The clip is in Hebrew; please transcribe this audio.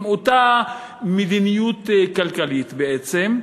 עם אותה מדיניות כלכלית בעצם,